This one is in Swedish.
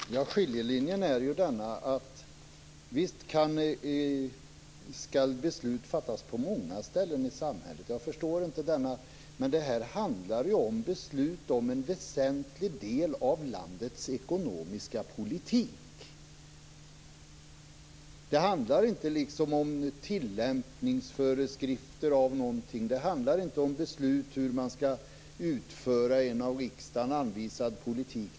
Fru talman! Skiljelinjen är ju denna: Visst skall beslut fattas på många ställen i samhället. Men det här handlar om beslut om en väsentlig del av landets ekonomiska politik. Det handlar inte om tillämpningsföreskrifter om någonting. Det handlar inte om beslut rörande hur man skall utföra en av riksdagen anvisad politik.